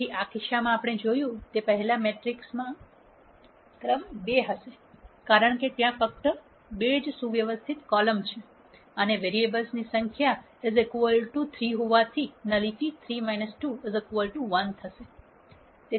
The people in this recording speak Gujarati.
તેથી આ કિસ્સામાં આપણે જોયું તે પહેલાં મેટ્રિક્સનો ક્રમ 2 હશે કારણ કે ત્યાં ફક્ત બે જ સુવ્યવસ્થિત કોલમ છે અને વેરીએબલ્સ ની સંખ્યા 3 હોવાથી ન્યુલીટી 3 2 1 હશે